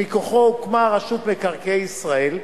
שמכוחו הוקמה רשות מקרקעי ישראל,